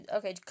Okay